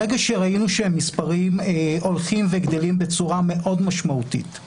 ברגע שראינו שהמספרים הולכים וגדלים בצורה מאוד משמעותית,